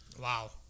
Wow